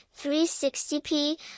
360p